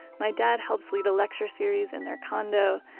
my dad helps lead a lecture series in their condo,